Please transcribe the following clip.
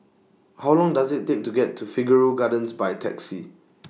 How Long Does IT Take to get to Figaro Gardens By Taxi